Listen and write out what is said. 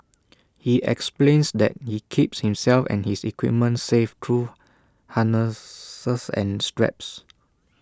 he explains that he keeps himself and his equipment safe through harnesses and straps